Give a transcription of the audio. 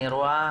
אני רואה